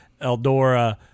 eldora